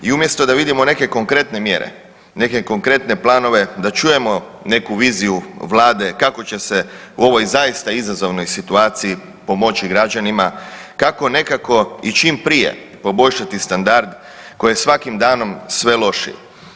I umjesto da vidimo neke konkretne mjere, neke konkretne planove, da čujemo neku viziju vlade kako će se u ovoj zaista izazovnoj situaciji pomoći građanima, kako nekako i čim prije poboljšati standard koji je svakim danom sve lošiji.